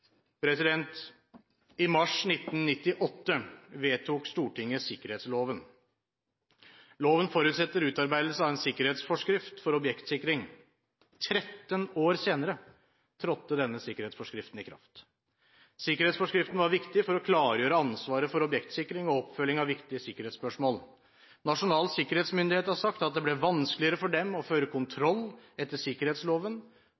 I mars 1998 vedtok Stortinget sikkerhetsloven. Loven forutsetter utarbeidelse av en sikkerhetsforskrift for objektsikring. 13 år senere trådte denne sikkerhetsforskriften i kraft. Sikkerhetsforskriften var viktig for å klargjøre ansvaret for objektsikring og oppfølging av viktige sikkerhetsspørsmål. Nasjonal sikkerhetsmyndighet har sagt at det ble vanskeligere for dem å føre